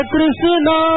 Krishna